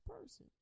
person